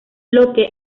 locke